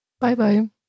Bye-bye